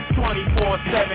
24/7